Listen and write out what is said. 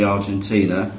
Argentina